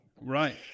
Right